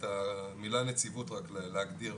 את המילה נציבות רק להגדיר.